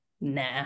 nah